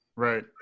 Right